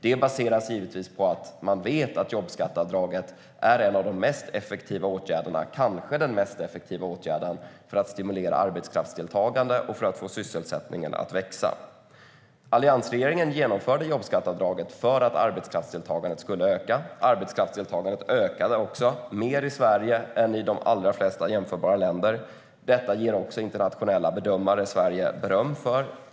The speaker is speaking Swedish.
Det baseras givetvis på att man vet att jobbskatteavdraget är en av de mest effektiva åtgärderna - kanske den mest effektiva åtgärden - för att stimulera arbetskraftsdeltagande och få sysselsättningen att växa. Alliansregeringen genomförde jobbskatteavdraget för att arbetskraftsdeltagandet skulle öka. Arbetskraftsdeltagandet ökade också mer i Sverige än i de allra flesta jämförbara länder. Detta ger internationella bedömare Sverige beröm för.